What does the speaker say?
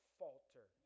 falter